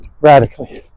radically